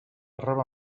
roba